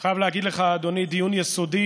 ואני חייב להגיד לך, אדוני, דיון יסודי.